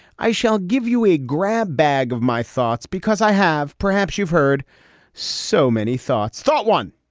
i shall give you a grab bag of my thoughts because i have. perhaps you've heard so many thoughts, thought one.